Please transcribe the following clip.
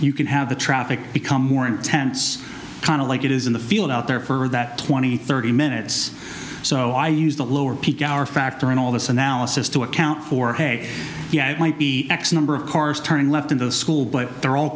you can have the traffic become more intense kind of like it is in the field out there for that twenty thirty minutes so i use the lower peak hour factor in all this analysis to account for hey yeah it might be x number of cars turning left in the school but they're all